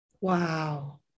Wow